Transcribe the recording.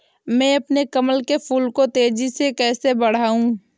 मैं अपने कमल के फूल को तेजी से कैसे बढाऊं?